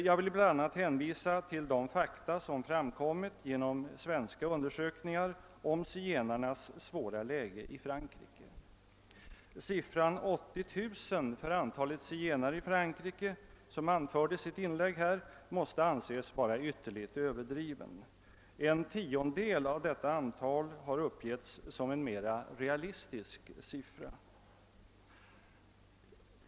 Jag vill bl.a. hänvisa till de fakta som genom svenska undersökningar framkommit om zigenarnas svåra läge i Frankrike. Den i ett tidigare inlägg angivna siffran 80 000 för antalet zigenare i Frankrike måste anses ytterligt överdriven. En tiondel av detta antal har uppgivits såsom en mera realistisk siffra.